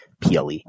PLE